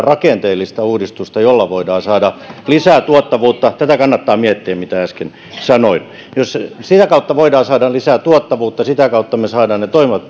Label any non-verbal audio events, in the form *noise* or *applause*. *unintelligible* rakenteellista uudistusta jolla voidaan saada lisää tuottavuutta tätä kannattaa miettiä mitä äsken sanoin sitä kautta voidaan saada lisää tuottavuutta sitä kautta me saamme ne toimivat *unintelligible*